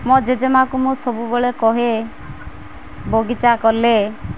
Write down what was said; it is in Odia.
ମୋ ଜେଜେମାଆକୁ ମୁଁ ସବୁବେଳେ କହେ ବଗିଚା କଲେ